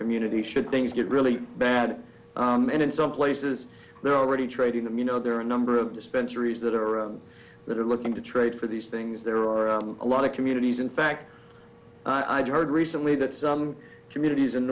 community should things get really bad and in some places they're already trading them you know there are a number of dispensaries that are around they're looking to trade for these things there are a lot of communities in fact i just heard recently that some communities in